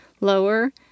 lower